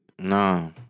No